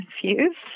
confused